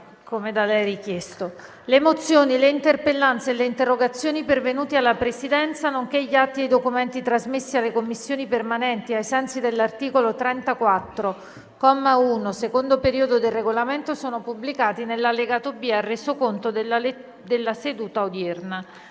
Le mozioni, le interpellanze e le interrogazioni pervenute alla Presidenza, nonché gli atti e i documenti trasmessi alle Commissioni permanenti ai sensi dell'articolo 34, comma 1, secondo periodo, del Regolamento sono pubblicati nell'allegato B al Resoconto della seduta odierna.